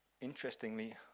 Interestingly